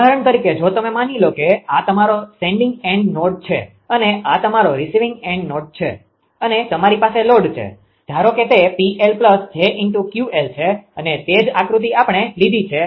ઉદાહરણ તરીકે જો તમે માની લો કે આ તમારો સેન્ડીંગ એન્ડ નોડ છે અને આ તમારો રિસીવિંગ એન્ડ નોડ છે અને તમારી પાસે લોડ છે ધારો કે તે 𝑃𝐿𝑗𝑄𝐿 છે અને તે જ આકૃતિ આપણે લીધી છે